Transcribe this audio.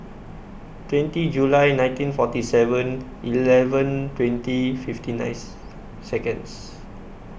twenty July nineteen forty Seven Eleven twenty fifty ninth Seconds